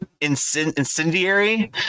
Incendiary